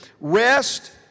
Rest